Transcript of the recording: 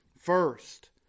First